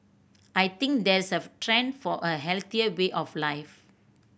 I think there's a trend for a healthier way of life